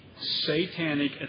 satanic